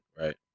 right